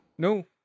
No